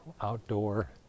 outdoor